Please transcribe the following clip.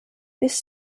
this